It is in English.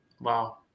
Wow